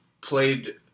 played